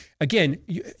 again